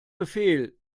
befehl